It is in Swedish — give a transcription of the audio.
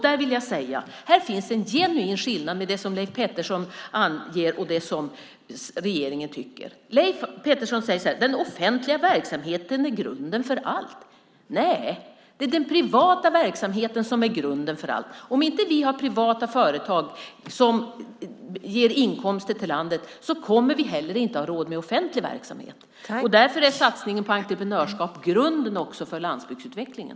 Där vill jag säga att det finns en genuin skillnad mellan det som Leif Pettersson anger och det som regeringen tycker. Leif Pettersson säger så här: Den offentliga verksamheten är grunden för allt. Nej! Det är den privata verksamheten som är grunden för allt. Om vi inte har privata företag som ger inkomster till landet kommer vi heller inte att ha råd med offentlig verksamhet. Därför är satsningen på entreprenörskap också grunden för landsbygdsutvecklingen.